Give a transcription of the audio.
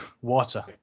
water